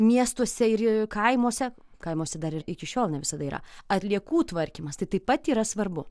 miestuose ir kaimuose kaimuose dar ir iki šiol ne visada yra atliekų tvarkymas tai taip pat yra svarbu